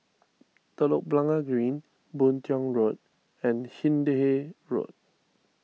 Telok Blangah Green Boon Tiong Road and Hindhede Road